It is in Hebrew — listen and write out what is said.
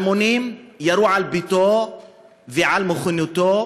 אלמונים ירו על ביתו ועל מכוניתו,